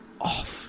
Off